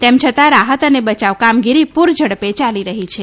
તેમ છતાં રાહત અને બચાવ કામગીરી પુરઝડપે ચાલી રહી છે